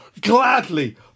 gladly